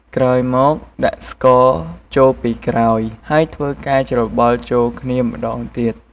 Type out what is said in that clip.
ក្រោយមកដាក់ស្ករចូលពីក្រោយ ហើយធ្វើការច្របល់ចូលគ្នាម្តងទៀត។